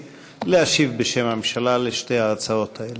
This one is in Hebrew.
להשיב בשם הממשלה על שתי ההצעות האלה.